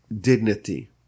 dignity